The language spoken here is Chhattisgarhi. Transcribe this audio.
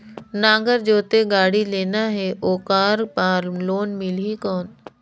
नागर जोते गाड़ी लेना हे ओकर बार लोन मिलही कौन?